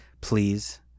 please